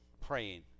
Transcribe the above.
praying